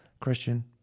Christian